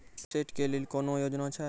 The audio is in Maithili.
पंप सेट केलेली कोनो योजना छ?